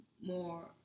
more